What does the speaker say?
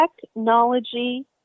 technology